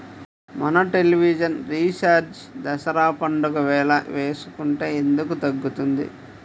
మన television recharge Dasara పండగ వేళ వేసుకుంటే ఎందుకు తగ్గుతుంది?